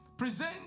Present